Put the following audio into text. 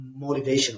motivational